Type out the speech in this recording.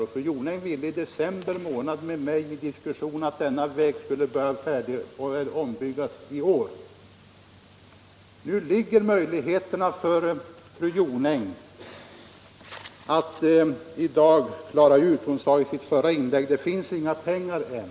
Men fru Jonäng ville i en diskussion med mig i december att denna väg skulle byggas om i år. Fru Jonäng sade i sitt förra inlägg att det inte finns några pengar än.